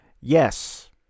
Yes